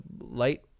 light